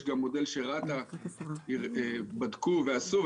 יש גם מודל שרת"א בדקו ועשו.